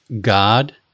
God